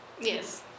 Yes